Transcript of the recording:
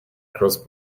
cross